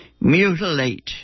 mutilate